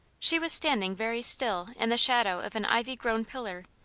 she was standing very still in the shadow of an ivy-grown pillar,